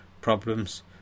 problems